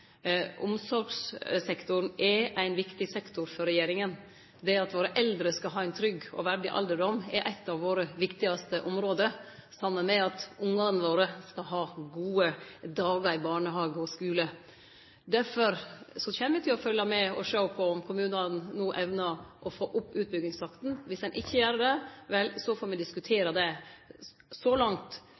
Omsorgssektoren er ein viktig sektor for regjeringa. Det at våre eldre skal ha ein trygg og verdig alderdom, er eit av våre viktigaste område, saman med at ungane våre skal ha gode dagar i barnehage og skule. Derfor kjem vi til å følgje med og sjå på om kommunane no evnar å få opp utbyggingstakten. Dersom ein ikkje gjer det, vel, så får me diskutere det. Så langt